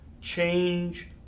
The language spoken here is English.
change